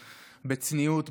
בצניעות,